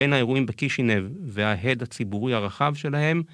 בין האירועים בקישינייב וההד הציבורי הרחב שלהם